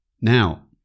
Now